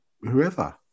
whoever